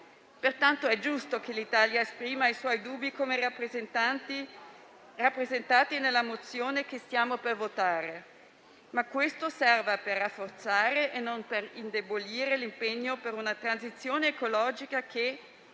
È giusto allora che l'Italia esprima i dubbi rappresentati nella mozione che stiamo per votare, ma ciò deve servire per rafforzare e non indebolire l'impegno per una transizione ecologica che,